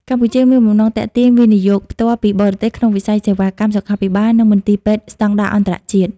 កម្ពុជាមានបំណងទាក់ទាញ វិនិយោគផ្ទាល់ពីបរទេស ក្នុងវិស័យសេវាកម្មសុខាភិបាល និងមន្ទីរពេទ្យស្ដង់ដារអន្តរជាតិ។